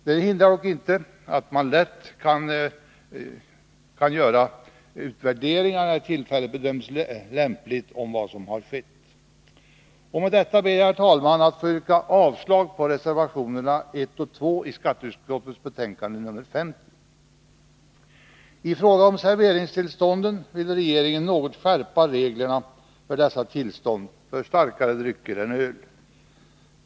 Det hindrar dock inte att man lätt kan göra utvärderingar av vad som har skett, när tillfället bedöms lämpligt. Med detta ber jag, herr talman, att få yrka bifall till utskottets hemställan under mom. 3 i skatteutskottets betänkande nr 50, vilket innebär avslag på reservationerna 1 och 2. I fråga om serveringstillstånden vill regeringen något skärpa reglerna för starkare drycker än öl.